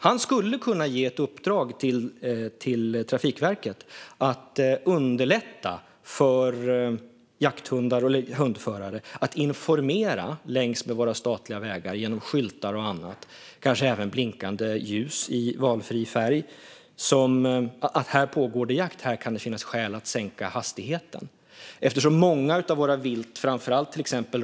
Han skulle kunna ge ett uppdrag till Trafikverket att underlätta för jakthundar och hundförare att informera längs med våra statliga vägar genom skyltar och annat, kanske även blinkande ljus i valfri färg, om att här pågår det jakt, och här kan det finnas skäl att sänka hastigheten.